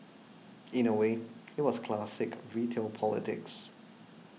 in a way it was classic retail politics